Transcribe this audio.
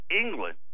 England